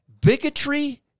Bigotry